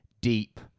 deep